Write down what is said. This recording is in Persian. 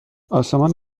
آسمان